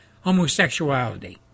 homosexuality